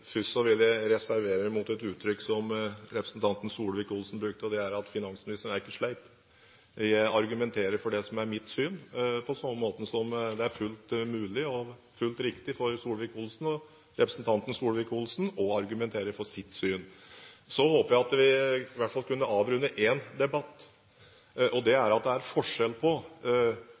Først vil jeg reservere meg mot et uttrykk som representanten Solvik-Olsen brukte, for finansministeren er ikke «sleip». Jeg argumenterer for det som er mitt syn, på samme måte som det er fullt mulig for og helt riktig av representanten Solvik-Olsen å argumentere for sitt syn. Så håper jeg at vi i hvert fall kan avrunde én debatt – at det er forskjell på